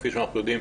כפי שאנחנו יודעים,